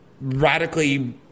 radically